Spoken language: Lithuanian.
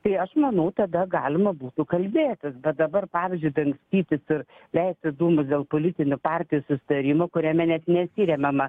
tai aš manau tada galima būtų kalbėtis bet dabar pavyzdžiui dangstytis ir leisti dūmus dėl politinių partijų susitarimo kuriame net nesiremiama